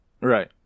Right